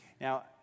Now